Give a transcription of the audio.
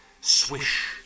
swish